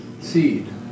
seed